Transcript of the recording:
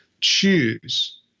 choose